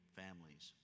families